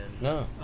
No